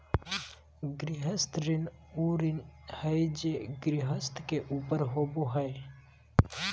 गृहस्थ ऋण उ ऋण हइ जे गृहस्थ के ऊपर होबो हइ